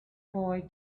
boy